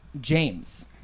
James